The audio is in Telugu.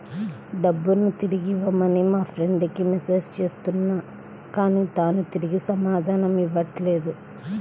డబ్బుని తిరిగివ్వమని మా ఫ్రెండ్ కి మెసేజ్ చేస్తున్నా కానీ తాను తిరిగి సమాధానం ఇవ్వట్లేదు